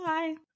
Bye